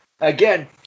Again